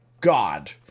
God